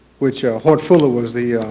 which hord fuller was the